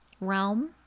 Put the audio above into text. realm